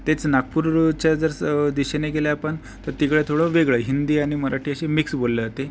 तेच नागपूरच्या जर स दिशेने गेले आपण तर तिकडं थोडं वेगळं आहे हिंदी आणि मराठी अशी मिक्स बोलली जाते